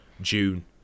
June